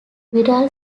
wirral